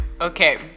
okay